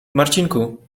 marcinku